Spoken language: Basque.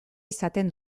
izaten